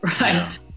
Right